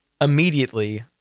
Immediately